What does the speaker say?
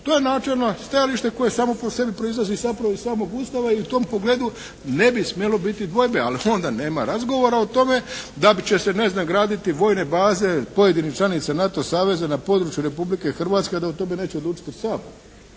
To je načelno stajalište koje samo po sebi proizlazi zapravo iz samog Ustava i u tom pogledu ne bi smjelo biti dvojbe. Ali onda nema razgovora o tome da će se ne znam graditi vojne baze pojedinih članica NATO saveza na području Republike Hrvatske, a da o tome neće odlučiti Sabor.